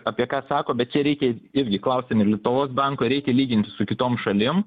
apie ką sako bet čia reikia irgi klausėme lietuvos banko reikia lyginti su kitom šalim